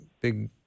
big